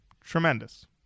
tremendous